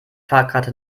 fahrkarte